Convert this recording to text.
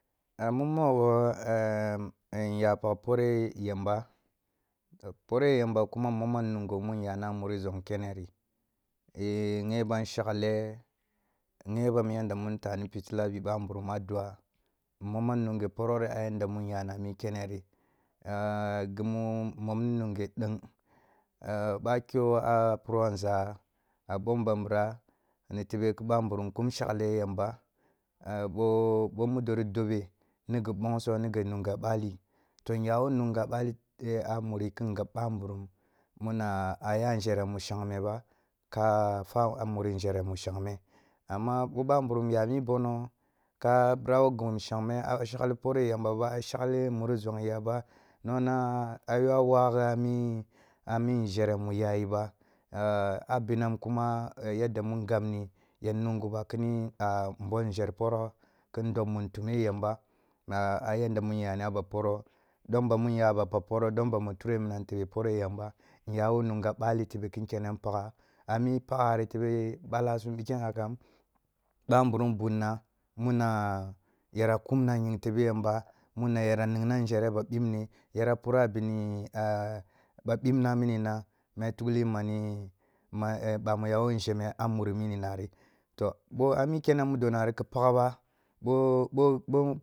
ee i nya pakh pore yamba, to pore yamba kuma mmomam nungo mu nyana muri zorg keniri ee ghebam shagle ghe bam yanda mi nta ni pitila poro ri a yanda mu nyana mi keneri nap imu momni nunge deng aa ba kyo a puro a nzah a bom ban bira nitebe ki bamburum kum shagle yamba a bo-bo mudo ri dobe niyi bongso nigi nungo a bali to nyawo nungoa bali te a muri kin ngab bamburum muna a ya nzhere mu sheng me ba ka la a muri nzhere mu shang me amma bo bamburum ya mi bono ka bira wo gimu shagme a shagli pora yamba, a shagh muri zoghiya ba nongna, a yoa waa gha ni a mi nghera mi yayi ba, a a binam kuma yadda mur ngabni ya hunguba kini nbol nzhar poro ki ndob mun tume yamba a a yadda mi nya ni a ba poro dom bamu nyaba pakh poro dom bamu ture minam, tebe pore dom bamu ture minam, tebe pore yamba nya wo nunga bali tebe ki nkene npakha a mi paghari tebe bike ba lasum pike yakam baburum bunna mune yara kumna ying tbe yamba muna yara ningha nzhere ba bi ɓne yara pura bum a ba bibna minina ma ya tukhini mani, ma e ɓami ya wo zheme a muri muri nari, to bo a mi kene mudonari ki pakb ba.